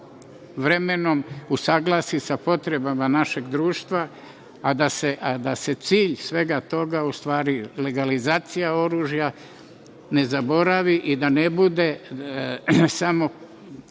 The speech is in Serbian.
usaglasi sa potrebama našeg društva, a da se cilj svega toga, u stvari legalizacija oružja ne zaboravi i da ne bude samo